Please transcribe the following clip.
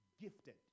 gifted